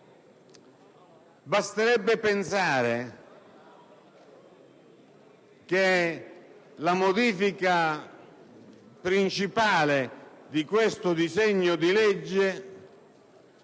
Basterebbe pensare che la modifica principale del disegno di legge